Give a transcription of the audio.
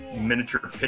miniature